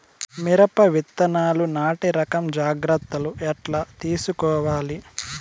మిరప విత్తనాలు నాటి రకం జాగ్రత్తలు ఎట్లా తీసుకోవాలి?